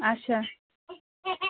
اَچھا